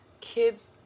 Kids